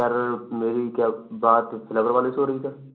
سر میری کیا بات فلاور والے سے ہو رہی ہے سر